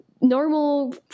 normal